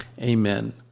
Amen